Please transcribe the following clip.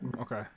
okay